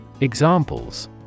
Examples